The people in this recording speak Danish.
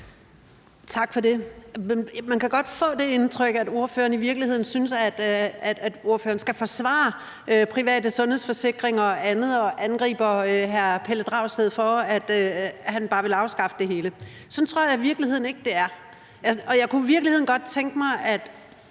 Tak for det. Man kan godt få det indtryk, at ordføreren i virkeligheden synes, at ordføreren skal forsvare private sundhedsforsikringer og andet, når han angriber hr. Pelle Dragsted for, at han bare vil afskaffe det hele. Sådan tror jeg ikke det er. Jeg kunne i virkeligheden godt tænke mig, at